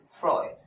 Freud